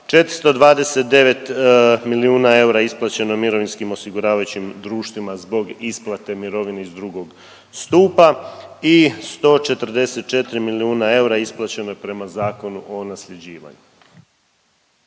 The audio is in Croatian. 429 milijuna eura je isplaćeno mirovinskim osiguravajućim društvima zbog isplate mirovine iz II. stupa i 144 milijuna eura isplaćeno je prema Zakonu o nasljeđivanju.